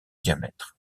diamètre